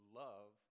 love